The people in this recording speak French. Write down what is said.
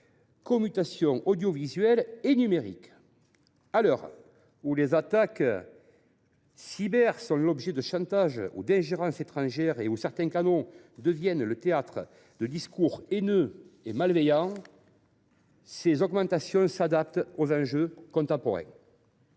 communication audiovisuelle et numérique. À l’heure où les cyberattaques donnent lieu à des chantages ou à des ingérences étrangères et où certains canaux deviennent le théâtre de discours haineux et malveillants, ces augmentations sont adaptées aux enjeux contemporains.